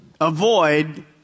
avoid